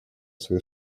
свою